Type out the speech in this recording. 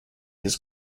his